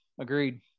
agreed